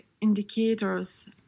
indicators